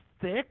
thick